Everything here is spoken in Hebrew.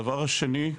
הדבר השני,